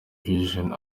vision